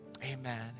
Amen